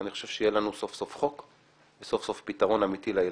אני חושב שיהיה לנו סוף-סוף חוק וסוף-סוף פתרון אמיתי לילדים.